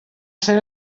ser